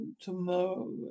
tomorrow